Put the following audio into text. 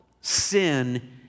sin